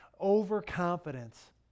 overconfidence